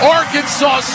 Arkansas